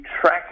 track